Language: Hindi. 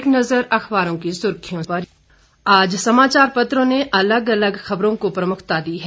एक नज़र अखबारों की सुर्खियों पर आज समाचार पत्रों ने अलग अलग खबरों को प्रमुखता दी है